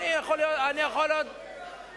לא יכול להיות דבר כזה.